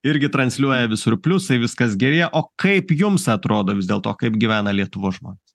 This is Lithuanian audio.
irgi transliuoja visur pliusai viskas gerėja o kaip jums atrodo vis dėlto kaip gyvena lietuvos žmonės